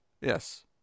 Yes